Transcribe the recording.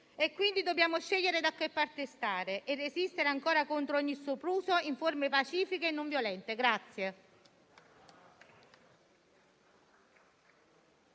e quindi dobbiamo scegliere da che parte stare e resistere ancora contro ogni sopruso in forme pacifiche e non violente.